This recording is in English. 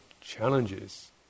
challenges